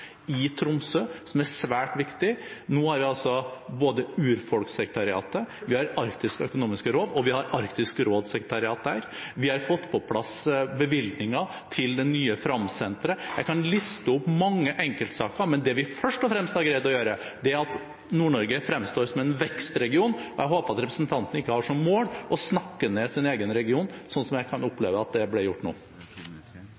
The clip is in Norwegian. i Tromsø, som er svært viktig. Nå har vi altså både urfolk-sekretariatet, Arktisk økonomisk råd og Arktisk råds sekretariat der. Vi har fått på plass bevilgninger til det nye Framsenteret. Jeg kan liste opp mange enkeltsaker, men det vi først og fremst har greid å få til, er at Nord-Norge fremstår som en vekstregion. Jeg håper at representanten ikke har som mål å snakke ned sin egen region, slik jeg kan